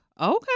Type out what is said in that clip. Okay